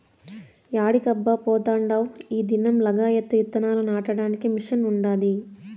యాడికబ్బా పోతాండావ్ ఈ దినం లగాయత్తు ఇత్తనాలు నాటడానికి మిషన్ ఉండాది